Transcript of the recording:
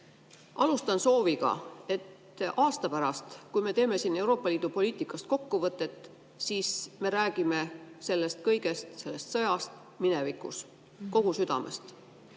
Alustan sooviga, et aasta pärast, kui me teeme siin Euroopa Liidu poliitikast kokkuvõtet, siis me räägime sellest kõigest, sellest sõjast, minevikus. Kogu südamest